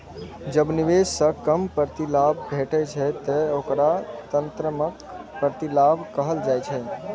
जब निवेश सं कम प्रतिलाभ भेटै छै, ते ओकरा ऋणात्मक प्रतिलाभ कहल जाइ छै